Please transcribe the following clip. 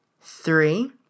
Three